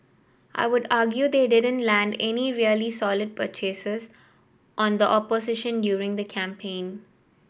I would argue they didn't land any really solid purchases on the opposition during the campaign